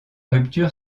rupture